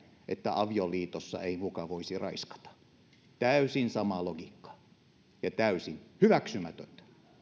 että avioliitossa ei muka voisi raiskata täysin sama logiikka ja täysin hyväksymätöntä